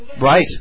Right